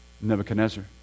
Nebuchadnezzar